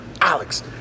Alex